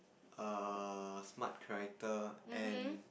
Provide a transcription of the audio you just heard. err smart character and